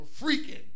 freaking